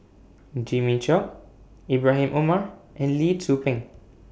Jimmy Chok Ibrahim Omar and Lee Tzu Pheng